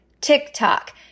TikTok